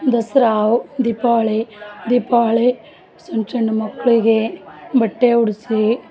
ದಸರಾ ದೀಪಾವಳಿ ದೀಪಾವಳಿ ಸಣ್ಣ ಚಣ್ ಮಕ್ಕಳಿಗೆ ಬಟ್ಟೆ ಉಡಿಸಿ